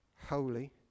holy